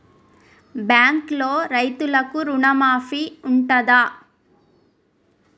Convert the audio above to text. బ్యాంకులో రైతులకు రుణమాఫీ ఉంటదా?